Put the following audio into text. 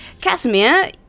Casimir